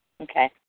okay